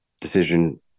decision